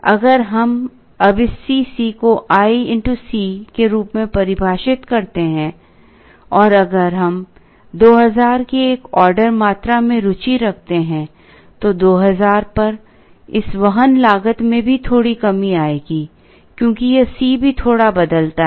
अगर हम अब इस Cc को i x C के रूप में परिभाषित करते हैं और अगर हम 2000 के एक ऑर्डर मात्रा में रुचि रखते हैं तो 2000 पर इस वहन लागत में भी थोड़ी कमी आएगी क्योंकि यह C भी थोड़ा बदलता है